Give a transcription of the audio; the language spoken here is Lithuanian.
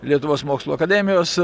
lietuvos mokslų akademijos